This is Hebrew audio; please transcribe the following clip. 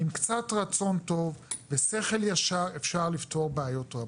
עם קצת רצון טוב ושכל ישר אפשר לפתור בעיות רבות.